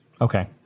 Okay